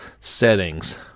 Settings